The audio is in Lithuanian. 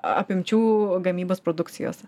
apimčių gamybos produkcijos